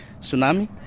tsunami